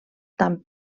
tant